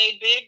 big